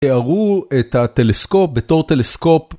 תארו את הטלסקופ בתור טלסקופ.